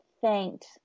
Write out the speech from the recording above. thanked